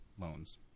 loans